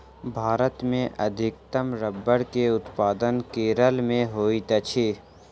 भारत मे अधिकतम रबड़ के उत्पादन केरल मे होइत अछि